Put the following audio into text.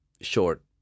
short